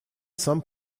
some